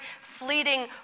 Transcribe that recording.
fleeting